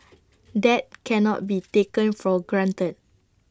that cannot be taken for granted